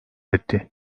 etti